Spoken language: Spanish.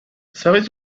sabes